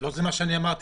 לא זה מה שאני אמרתי.